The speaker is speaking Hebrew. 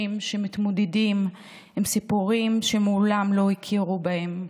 שמתמודדים עם סיפורים שמעולם לא הכירו בהם.